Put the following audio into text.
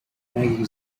maggie